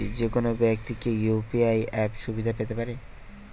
যেকোনো ব্যাক্তি কি ইউ.পি.আই অ্যাপ সুবিধা পেতে পারে?